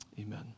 Amen